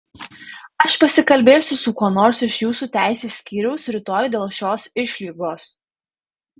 aš pasikalbėsiu su kuo nors iš jūsų teisės skyriaus rytoj dėl šios išlygos